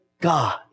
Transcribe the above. God